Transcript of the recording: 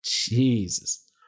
Jesus